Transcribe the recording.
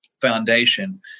Foundation